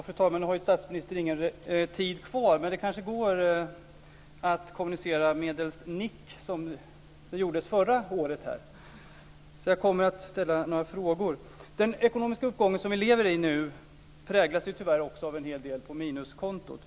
Fru talman! Nu har statsministern ingen talartid kvar, men det kanske går att kommunicera medelst nick, som det gjordes förra året här. Jag kommer att ställa några frågor. Den ekonomiska uppgång som vi lever i nu präglas tyvärr också av en hel del på minuskontot.